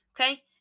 okay